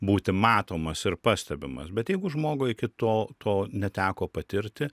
būti matomas ir pastebimas bet jeigu žmogui iki to to neteko patirti